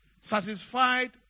Satisfied